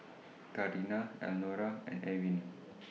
Karina Elnora and Ewin